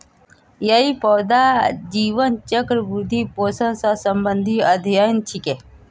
यई पौधार जीवन चक्र, वृद्धि, पोषण स संबंधित अध्ययन छिके